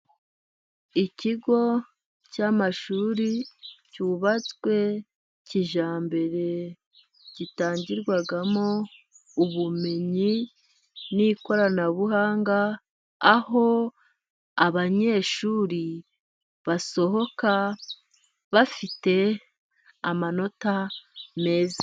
Ikigo cy'amashuri cyubatswe kijyambere, gitangirwamo ubumenyi n'ikoranabuhanga, aho abanyeshuri basohoka bafite amanota meza.